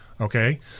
Okay